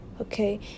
okay